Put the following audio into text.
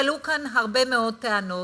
כי עלו כאן הרבה מאוד טענות,